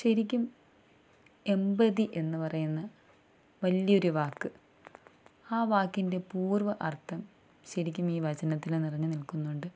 ശരിക്കും എമ്പതി എന്നു പറയുന്ന വലിയൊരു വാക്ക് ആ വാക്കിൻ്റെ പൂർവ്വ അർത്ഥം ശരിക്കും ഈ വചനത്തിൽ നിറഞ്ഞു നിൽക്കുന്നുണ്ട്